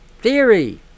theory